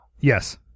Yes